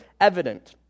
evident